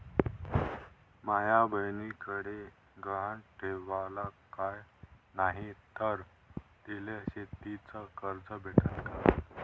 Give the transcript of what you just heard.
माया बयनीकडे गहान ठेवाला काय नाही तर तिले शेतीच कर्ज भेटन का?